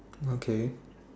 okay